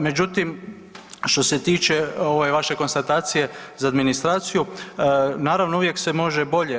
Međutim, što se tiče ove vaše konstatacije za administraciju, naravno uvijek se može bolje.